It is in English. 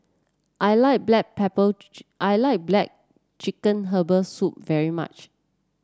I like Black Pepper I like black chicken Herbal Soup very much